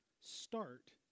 start